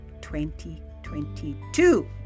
2022